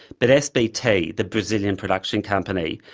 but sbt, the brazilian production company,